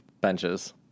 benches